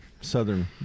Southern